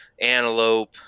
antelope